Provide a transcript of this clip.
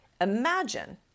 Imagine